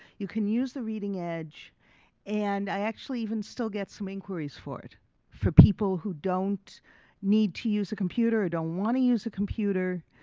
you can use the reading edge and i actually even still get some inquires for it for people who don't need to use a computer or don't want to use a computer.